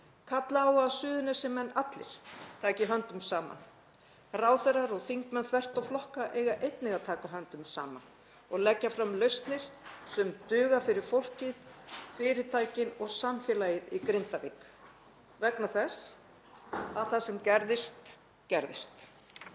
kalla á að Suðurnesjamenn allir taki höndum saman. Ráðherrar og þingmenn þvert á flokka eiga einnig að taka höndum saman og leggja fram lausnir sem duga fyrir fólkið, fyrirtækin og samfélagið í Grindavík vegna þess að það sem gerðist gerðist.